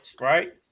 right